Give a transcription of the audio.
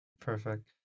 Perfect